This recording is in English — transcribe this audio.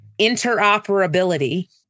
interoperability